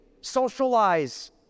socialize